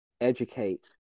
educate